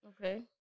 Okay